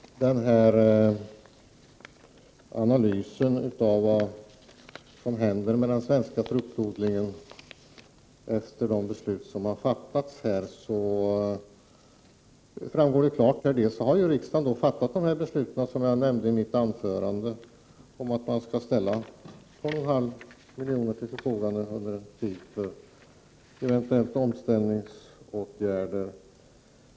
Herr talman! När det gäller analysen av vad som händer med den svenska fruktodlingen efter de beslut som har fattats, framgår det klart av vad jag sade att riksdagen har fattat de beslut som jag nämnde om att man skall ställa 2,5 milj.kr. till förfogande under en tid för eventuella omställningsåtgärder.